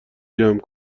جمع